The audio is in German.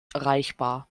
erreichbar